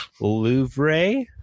Louvre